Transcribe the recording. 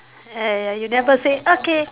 !aiya! you never say okay